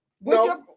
No